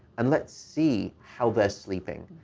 and let's see how they're sleeping.